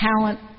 talent